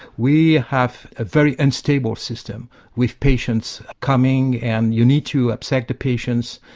we have a very unstable system with patients coming and you need to upset the patients,